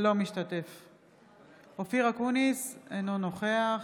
אינו משתתף בהצבעה אופיר אקוניס, אינו נוכח